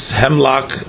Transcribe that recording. hemlock